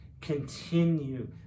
continue